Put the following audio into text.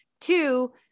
two